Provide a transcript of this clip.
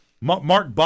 Mark